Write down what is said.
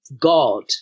God